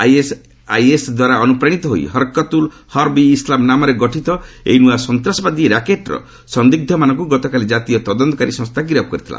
ISIS ଦ୍ୱାରା ଅନୁପ୍ରାଣିତ ହୋଇ ହରକତ୍ ଉଲ୍ ହର୍ବ୍ ଇ ଇସଲାମ୍ ନାମରେ ଗଠିତ ଏଇ ନୂଆ ସନ୍ତାସବାଦୀ ରାକେଟ୍ର ସନ୍ଦିଗ୍ଧମାନଙ୍କୁ ଗତକାଲି ଜାତୀୟ ତଦନ୍ତକାରୀ ସଂସ୍ଥା ଗିରଫ କରିଥିଲା